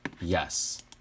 Yes